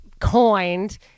coined